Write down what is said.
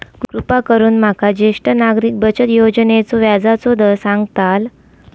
कृपा करून माका ज्येष्ठ नागरिक बचत योजनेचो व्याजचो दर सांगताल